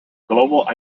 global